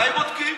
אולי בודקים?